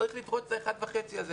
ולכך צריך לפרוץ את ה-1.5% הזה.